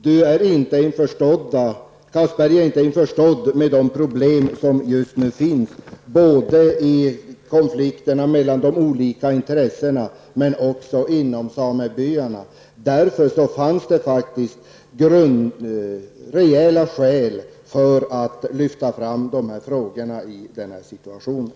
Han är inte införstådd med de problem som finns när det gäller såväl konflikterna mellan olika intressen som de som finns inom samebyarna. Det fanns faktiskt rejäla skäl för att lyfta fram frågorna i denna situation.